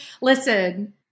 listen